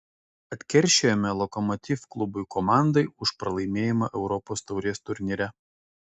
atkeršijome lokomotiv klubui komandai už pralaimėjimą europos taurės turnyre